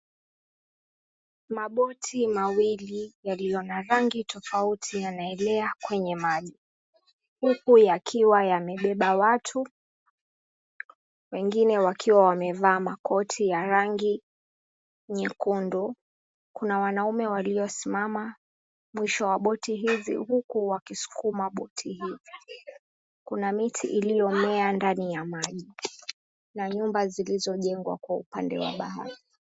Maboti mawili yaliyo na rangi tofauti yanaelea kwenye maji, huku yakiwa yamebeba watu, wengine wakiwa wamevaa makoti ya rangi nyekundu. Kuna wanaume waliosimama mwisho wa boti hizi huku wakisukuma boti hizo. Kuna miti iliyomea ndani ya maji na nyumba zilizojengwa kwa upande wa bahari.